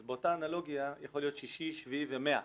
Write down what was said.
אז באותה אנלוגיה יכול להיות שישי, שביעי ו-100.